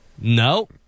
No